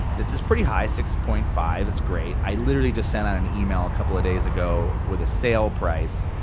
this is pretty high, six point five is great. i literally just sent out an email a couple of days ago with a sale price,